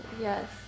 Yes